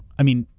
i mean,